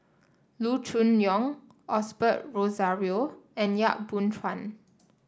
Loo Choon Yong Osbert Rozario and Yap Boon Chuan